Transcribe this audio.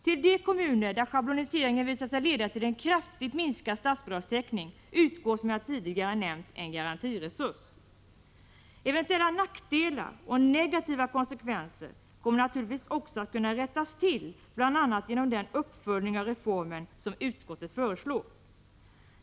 Till de kommuner där schabloniseringen visar sig leda till en kraftigt miskad statsbidragstäckning utgår som jag tidigare nämnt en garantiresurs. Eventuella nackdelar och negativa konsekvenser kommer naturligtvis också att kunna rättas till, bl.a. genom den uppföljning av reformen som utskottet föreslår.